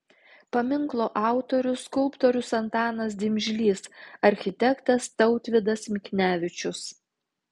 paminklo autorius skulptorius antanas dimžlys architektas tautvydas miknevičius